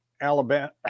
Alabama